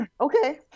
Okay